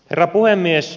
herra puhemies